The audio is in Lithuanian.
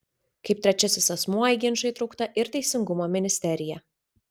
kaip trečiasis asmuo į ginčą įtraukta ir teisingumo ministerija